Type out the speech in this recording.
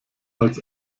als